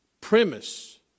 premise